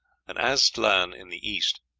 an aztlan in the east,